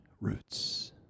roots